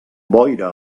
boira